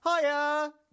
Hiya